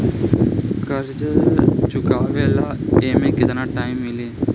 कर्जा चुकावे ला एमे केतना टाइम मिली?